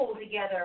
together